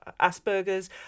Asperger's